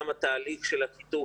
גם תהליך החיתוך,